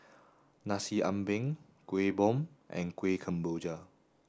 Nasi Ambeng Kuih Bom and Kuih Kemboja